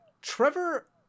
Trevor